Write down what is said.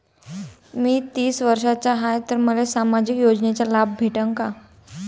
मी तीस वर्षाचा हाय तर मले सामाजिक योजनेचा लाभ भेटन का?